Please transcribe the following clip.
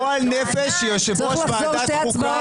גועל נפש שיושב-ראש ועדת חוקה